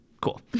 Cool